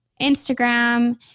Instagram